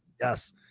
yes